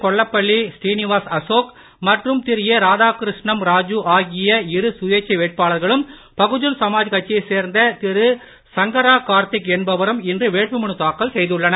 கொல்லப்பள்ளி திரு ஸ்ரீனிவாஸ் அசோக் மற்றும் திரு ஏ ராதாகிருஷ்ணம் ராஜு ஆகிய இரு சுயேட்சை வேட்பாளர்களும் பகுஜன் சமாஜ் கட்சியைச் சேர்ந்த திரு சங்கரா கார்த்திக் என்பவரும் இன்று வேட்புமனு தாக்கல் செய்துள்ளனர்